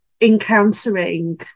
encountering